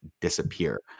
disappear